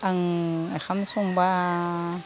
आं ओंखाम संबा